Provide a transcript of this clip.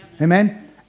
Amen